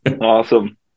Awesome